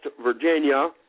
Virginia